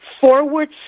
forward